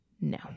no